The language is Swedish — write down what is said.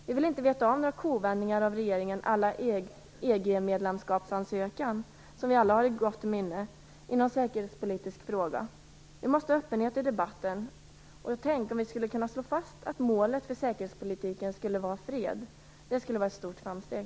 Vi vill inte veta av några kovändningar av regeringen à la EG medlemskapsansökan, som vi alla har i gott minne, i någon säkerhetspolitisk fråga. Vi måste ha öppenhet i debatten. Och tänk om vi kunde slå fast att målet för säkerhetspolitiken är fred! Det skulle vara ett stort framsteg.